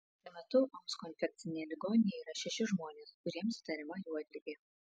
šiuo metu omsko infekcinėje ligoninėje yra šeši žmonės kuriems įtariama juodligė